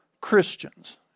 Christians